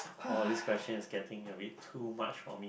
all this question is getting a bit too much for me